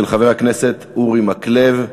של חבר הכנסת אורי מקלב: